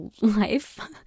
life